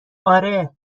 آره